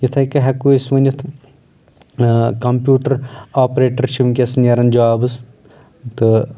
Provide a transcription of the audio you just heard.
یتھٕے کٔۍ ہٮ۪کو أسۍ ؤنِتھ کمپیوٗٹر آپریٹر چھِ وُنکیٚس نیران جابٕس تہٕ